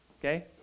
Okay